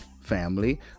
family